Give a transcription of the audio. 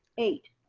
eight,